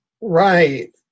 Right